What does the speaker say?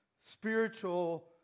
spiritual